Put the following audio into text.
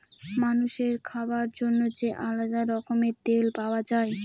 মানুষের খাবার জন্য যে আলাদা রকমের তেল পাওয়া যায়